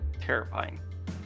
terrifying